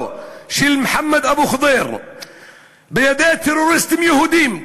של מוחמד אבו ח'דיר בידי טרוריסטים יהודים.